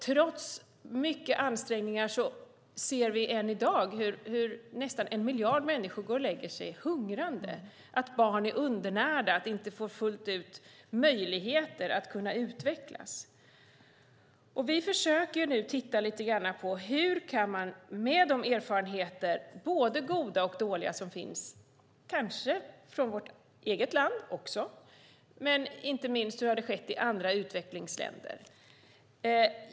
Trots stora ansträngningar ser vi än i dag att nästan en miljard människor går och lägger sig hungrande, att barn är undernärda, att de inte fullt ut får möjligheter att kunna utvecklas. Vi försöker nu titta lite grann på hur man kan göra, utifrån både de goda och de dåliga erfarenheter som finns, kanske från vårt eget land, men inte minst utifrån hur det har skett i andra utvecklingsländer.